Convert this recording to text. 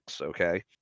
Okay